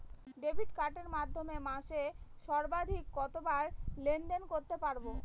Debit কার্ডের মাধ্যমে মাসে সর্বাধিক কতবার লেনদেন করতে পারবো?